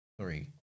Three